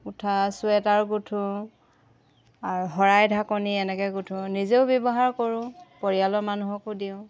গোঁঠা চুৱেটাৰ গুঠোঁ আৰু শৰাই ঢাকনি এনেকৈ গুঠোঁ নিজেও ব্যৱহাৰ কৰোঁ পৰিয়ালৰ মানুহকো দিওঁ